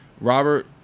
Robert